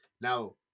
Now